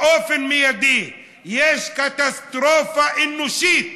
באופן מיידי, יש קטסטרופה אנושית